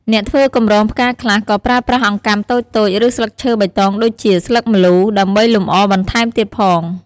អ្នកធ្វើកម្រងផ្កាខ្លះ ក៏ប្រើប្រាស់អង្កាំតូចៗ ឬស្លឹកឈើបៃតងដូចជាស្លឹកម្លូ ដើម្បីលម្អបន្ថែមទៀតផង។